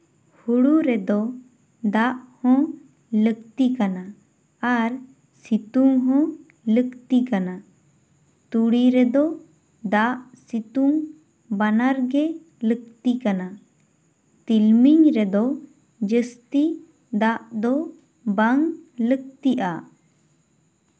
ᱦᱳᱲᱳ ᱨᱮᱫᱚ ᱫᱟᱜ ᱦᱚᱸ ᱞᱟᱹᱠᱛᱤ ᱠᱟᱱᱟ ᱟᱨ ᱥᱤᱛᱩᱝ ᱦᱚᱸ ᱞᱟᱹᱠᱛᱤ ᱠᱟᱱᱟ ᱛᱩᱲᱤ ᱨᱮᱫᱚ ᱫᱟᱜ ᱥᱤᱛᱩᱝ ᱵᱟᱱᱟᱨᱜᱮ ᱞᱟᱹᱠᱛᱤ ᱠᱟᱱᱟ ᱛᱤᱞᱢᱤᱧ ᱨᱮᱫᱚ ᱡᱟᱹᱥᱛᱤ ᱫᱟᱜ ᱫᱚ ᱵᱟᱝ ᱞᱟᱹᱠᱛᱤᱜᱼᱟ